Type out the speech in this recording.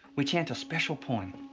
we chant a special poem.